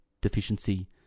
deficiency